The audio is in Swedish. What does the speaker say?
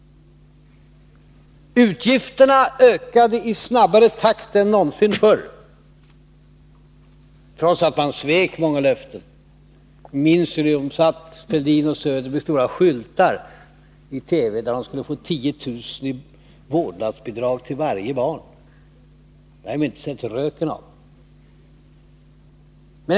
Utgifterna ökade i snabbare takt än någonsin förr, trots att man svek många löften. Vi minns ju hur de satt i TV, Thorbjörn Fälldin och Karin Söder, med stora skyltar där de lovade 10 000 kr. i vårdnadsbidrag till varje barn. Det har vi inte sett röken av.